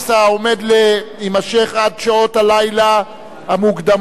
העומד להימשך עד שעות הלילה המאוחרות.